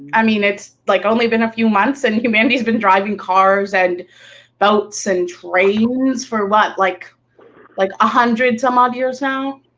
i mean, it's like only been a few months and humanity's been driving cars and boats and trains for what? like one like ah hundred some-odd years now?